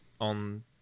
on